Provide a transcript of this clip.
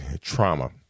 trauma